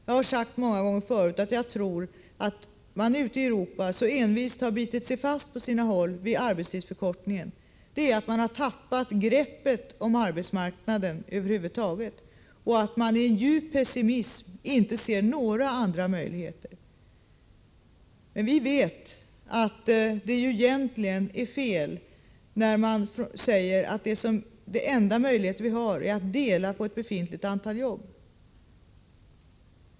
Jag har många gånger förut sagt att jag tror att det förhållandet att man på sina håll ute i Europa så envist har bitit sig fast vid arbetstidsförkortningen beror på att man över huvud taget har tappat greppet över arbetsmarknaden och i sin djupa pessimism inte ser några andra möjligheter. Men vi vet att det egentligen är fel när man säger att den enda möjlighet som vi har är att dela på ett befintligt antal jobb.